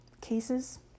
cases